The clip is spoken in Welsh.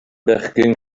bechgyn